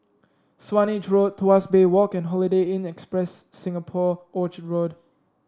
Swanage Road Tuas Bay Walk and Holiday Inn Express Singapore Orchard Road